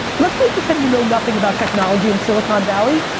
let's make pretend you know nothing about technology and silicon valley,